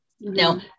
Now